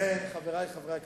לכן, חברי חברי הכנסת,